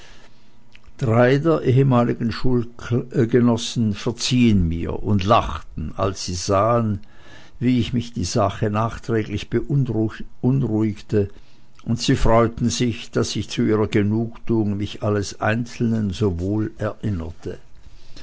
drei der ehemaligen schulgenossen verziehen mir und lachten als sie sahen wie mich die sache nachträglich beunruhigte und sie freuten sich daß ich zu ihrer genugtuung mich alles einzelnen so wohl erinnerte